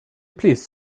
please